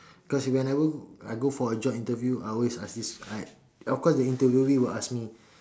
cause whenever I go for a job interview I always ask this I of course the interviewee will ask me